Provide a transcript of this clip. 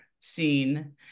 scene